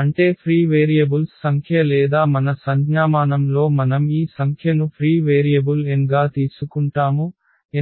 అంటే free variables సంఖ్య లేదా మన సంజ్ఞామానం లో మనం ఈ సంఖ్యను ఫ్రీ వేరియబుల్ n గా తీసుకుంటాము